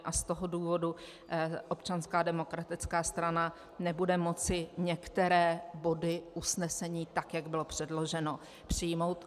Z toho důvodu Občanská demokratická strana nebude moci některé body usnesení tak, jak bylo předloženo, přijmout.